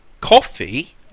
Coffee